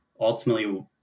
ultimately